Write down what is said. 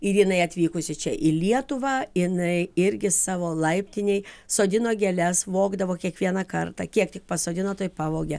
ir jinai atvykusi čia į lietuvą jinai irgi savo laiptinėj sodino gėles vogdavo kiekvieną kartą kiek tik pasodino tai pavogia